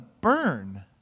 burn